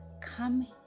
Come